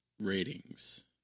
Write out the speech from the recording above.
ratings